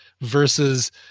versus